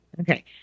Okay